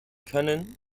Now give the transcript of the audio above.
können